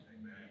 Amen